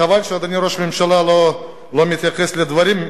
חבל שאדוני ראש הממשלה לא מתייחס לדברים.